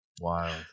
Wow